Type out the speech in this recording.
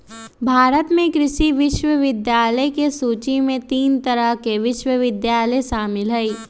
भारत में कृषि विश्वविद्यालय के सूची में तीन तरह के विश्वविद्यालय शामिल हई